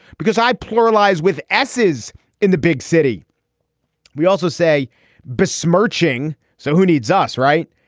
because i pluralized with esses in the big city we also say besmirching. so who needs us, right?